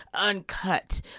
uncut